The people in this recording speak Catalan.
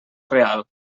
real